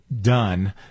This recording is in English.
done